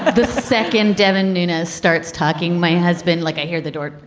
but the second, devin nunez starts talking my husband like i hear the door.